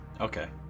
Okay